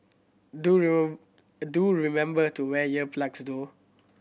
do do remember to wear ear plugs though